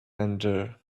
endure